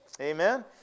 Amen